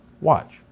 Watch